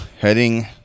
Heading